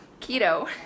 keto